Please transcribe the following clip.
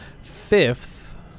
fifth